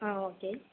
ஆ okay